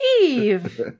Eve